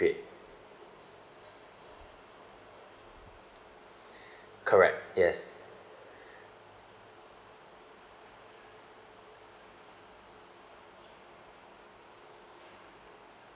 correct yes